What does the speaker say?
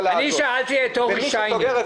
אני רוצה שתסביר לחברי הוועדה את הפנייה הזאת